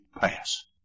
pass